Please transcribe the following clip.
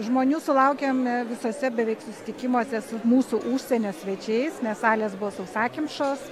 žmonių sulaukiam visuose beveik susitikimuose su mūsų užsienio svečiais nes salės buvo sausakimšos